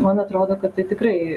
man atrodo kad tai tikrai